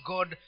God